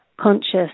conscious